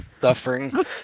suffering